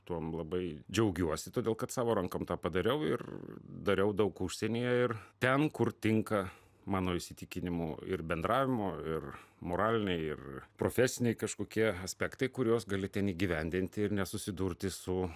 tuom labai džiaugiuosi todėl kad savo rankom tą padariau ir dariau daug užsienyje ir ten kur tinka mano įsitikinimu ir bendravimu ir moraliniai ir profesiniai kažkokie aspektai kuriuos gali ten įgyvendinti ir nesusidurti su